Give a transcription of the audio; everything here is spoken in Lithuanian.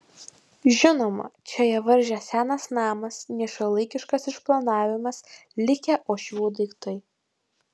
žinoma čia ją varžė senas namas nešiuolaikiškas išplanavimas likę uošvių daiktai